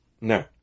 No